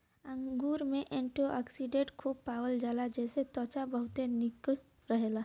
अंगूर में एंटीओक्सिडेंट खूब पावल जाला जेसे त्वचा बहुते निक रहेला